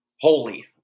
holy